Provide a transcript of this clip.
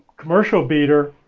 commercial beater,